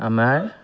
আমাৰ